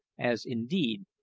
as, indeed,